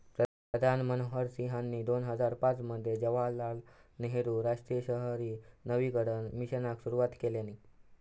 पंतप्रधान मनमोहन सिंहानी दोन हजार पाच मध्ये जवाहरलाल नेहरु राष्ट्रीय शहरी नवीकरण मिशनाक सुरवात केल्यानी